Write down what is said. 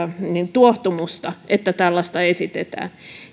tuohtumusta että tällaista esitetään